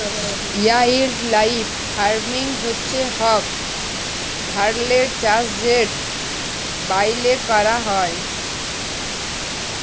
wildlife farming হছে ইক ধরলের চাষ যেট ব্যইলে ক্যরা হ্যয়